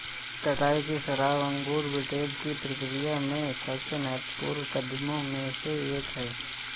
कटाई की शराब अंगूर विंटेज की प्रक्रिया में सबसे महत्वपूर्ण कदमों में से एक है